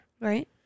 Right